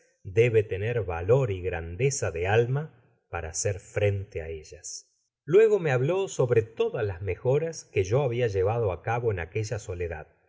debe tener valor y gr andeza de alma para hacer frente á ellas content from google book search generated at luego me habló sobre todas las mejoras que yo habia llevado á cabo en aquella soledad